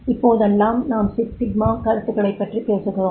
இப்போதெல்லாம் நாம் six sigma கருத்துக்களைப்பற்றி பேசுகிறோம்